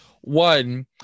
one